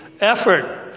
effort